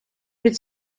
від